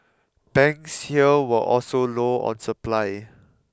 banks here were also low on supply